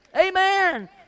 Amen